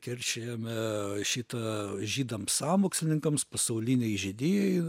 keršijame šitą žydams sąmokslininkams pasaulinei žydijai